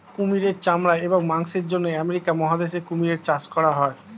কুমিরের চামড়া এবং মাংসের জন্য আমেরিকা মহাদেশে কুমির চাষ করা হয়